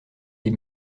des